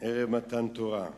ערב חג מתן תורה.